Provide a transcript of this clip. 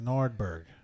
Nordberg